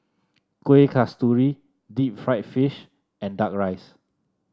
Kueh Kasturi Deep Fried Fish and duck rice